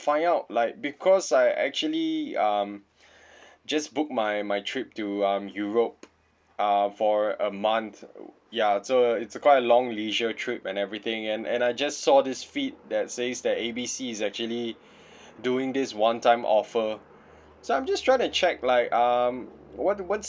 find out like because I actually um just booked my my trip to um europe uh for a month ya so it's a quite long leisure trip and everything and and I just saw this feed that says that A B C is actually doing this one time offer so I'm just trying to check like um what what's